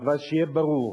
אבל שיהיה ברור: